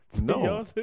No